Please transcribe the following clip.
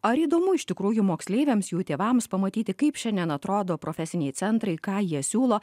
ar įdomu iš tikrųjų moksleiviams jų tėvams pamatyti kaip šiandien atrodo profesiniai centrai ką jie siūlo